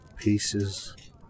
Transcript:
Pieces